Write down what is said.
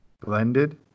Blended